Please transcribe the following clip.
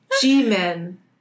G-men